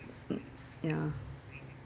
mm ya